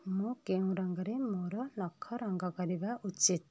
ମୁଁ କେଉଁ ରଙ୍ଗରେ ମୋର ନଖ ରଙ୍ଗ କରିବା ଉଚିତ୍